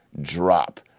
drop